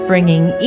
Bringing